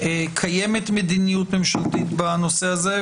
קיימת מדיניות ממשלתית בנושא הזה,